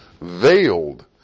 veiled